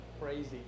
crazy